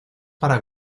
para